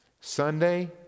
Sunday